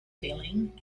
feeling